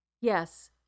Yes